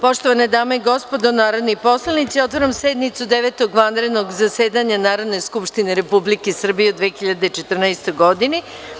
Poštovane dame i gospodo narodni poslanici, otvaram sednicu Devetog vanrednog zasedanja Narodne skupštine Republike Srbije u 2014. godini.